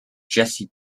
jessie